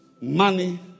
money